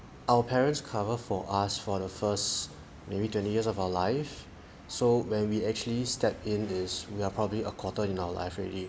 our parents cover for us for the first maybe twenty years of our life so when we actually stepped in this we are probably a quarter in our life already